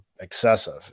excessive